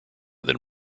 than